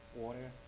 water